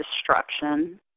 destruction